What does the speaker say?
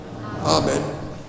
Amen